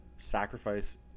Sacrifice